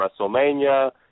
WrestleMania